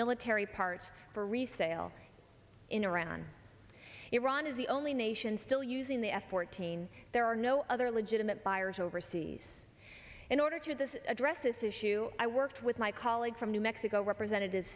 terry parts for resale in iran iran is the only nation still using the f fourteen there are no other legitimate buyers overseas in order to this address this issue i worked with my colleague from new mexico representative